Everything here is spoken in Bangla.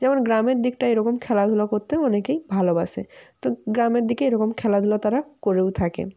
যেমন গ্রামের দিকটা এরকম খেলাধুলা করতে অনেকেই ভালোবাসে তো গ্রামের দিকে এরকম খেলাধুলা তারা করেও থাকে